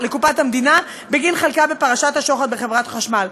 לקופת המדינה בגין חלקה בפרשת השוחד בחברת החשמל.